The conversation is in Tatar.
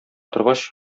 торгач